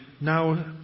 now